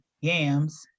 yams